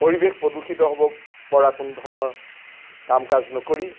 পৰিৱেশ প্ৰদূষিত হ'ব পৰা কোনো ধৰণৰ কাম কাজ নকৰি